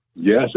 Yes